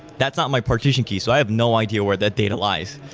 that's not my partition key, so i have no idea where that data lies,